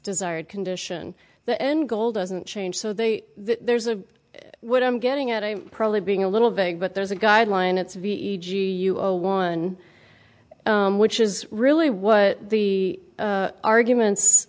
desired condition the end goal doesn't change so they there's a what i'm getting at i'm probably being a little vague but there's a guideline it's v e g u a one which is really what the arguments